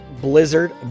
Blizzard